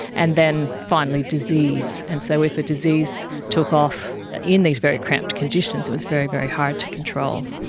and then finally disease. and so if a disease took off in these very cramped conditions, it was very, very hard to control.